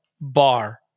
bar